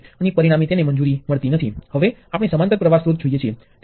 તેથી પ્ર્વાહ સ્ત્રોતનું શ્રેણીબદ્ધ સંયોજન અને વોલ્ટેજ સ્ત્રોત સહિતના કોઈપણ ઘટક પ્રવાહ સ્ત્રોત છે